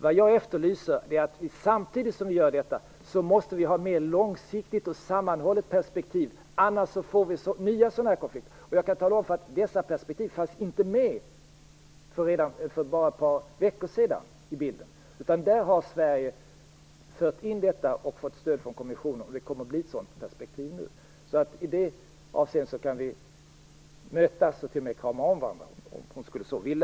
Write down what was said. Vad jag efterlyser är att vi samtidigt som vi gör detta måste ha ett mer långsiktigt och sammanhållet perspektiv. Annars får vi nya sådana här konflikter. Jag kan tala om att dessa perspektiv inte fanns med i bilden för bara ett par veckor sedan. Sverige har fört in detta och fått stöd från kommissionen, och det kommer att bli ett sådant perspektiv nu. I det avseendet kan vi mötas och till och med krama om varandra, om Ingrid Näslund skulle så vilja.